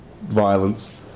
violence